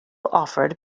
offered